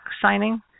signing